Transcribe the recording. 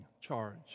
charge